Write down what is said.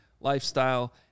lifestyle